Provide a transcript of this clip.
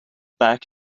back